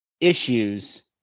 issues